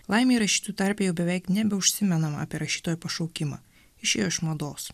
laimei rašytojų tarpe jau beveik nebeužsimenama apie rašytojo pašaukimą išėjo iš mados